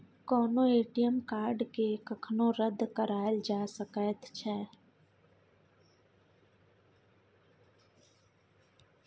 कोनो ए.टी.एम कार्डकेँ कखनो रद्द कराएल जा सकैत छै